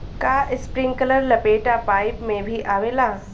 का इस्प्रिंकलर लपेटा पाइप में भी आवेला?